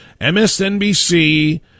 MSNBC